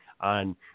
on